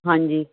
ਹਾਂਜੀ